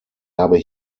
habe